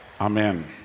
Amen